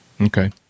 Okay